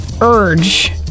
urge